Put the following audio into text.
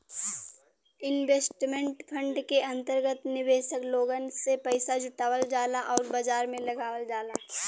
investment fund के अंतर्गत निवेशक लोगन से पइसा जुटावल जाला आउर बाजार में लगावल जाला